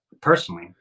personally